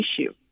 issue